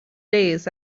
days